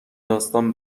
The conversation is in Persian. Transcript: داستان